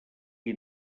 qui